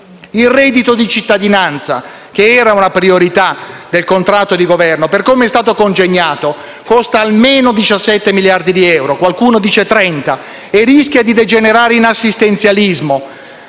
Il reddito di cittadinanza, che era una priorità del contratto di Governo, per come è stato congegnato costa almeno 17 miliardi di euro (qualcuno dice 30) e rischia di degenerare in assistenzialismo.